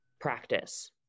practice